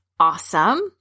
Awesome